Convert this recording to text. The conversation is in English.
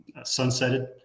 sunsetted